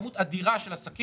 כמות אדירה של עסקים,